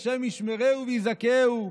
ה' ישמרהו ויזכהו,